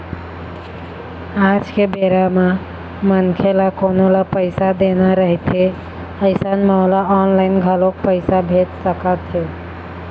आज के बेरा म मनखे ल कोनो ल पइसा देना रहिथे अइसन म ओला ऑनलाइन घलोक पइसा भेज सकत हे